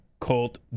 cult